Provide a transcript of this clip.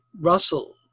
Russell